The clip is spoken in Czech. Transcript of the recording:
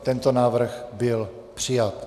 Tento návrh byl přijat.